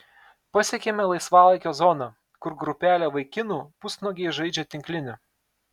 pasiekiame laisvalaikio zoną kur grupelė vaikinų pusnuogiai žaidžia tinklinį